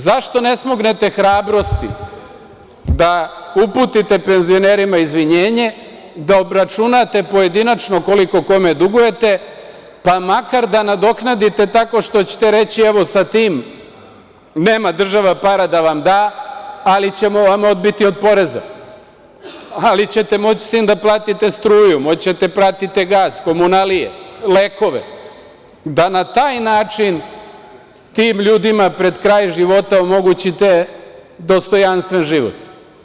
Zašto ne smognete hrabrosti da uputite penzionerima izvinjenje, da obračunate pojedinačno koliko kome dugujete, pa makar da nadoknadite tako što ćete reći – evo, nema država para da vam da, ali ćemo vam odbiti od poreza, ali ćete moći sa tim da platite struju, moći ćete da platite gas, komunalije, lekove, da na taj način tim ljudima pred kraj života omogućite dostojanstven život.